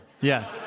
Yes